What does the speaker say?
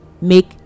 make